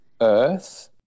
Earth